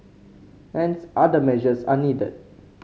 hence other measures are needed